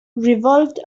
revolved